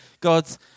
God's